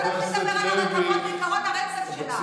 שלא תתחיל לדבר על הרכבות ועקרון הרצף שלה.